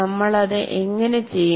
നമ്മൾ അത് എങ്ങനെ ചെയ്യും